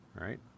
right